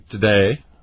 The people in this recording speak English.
today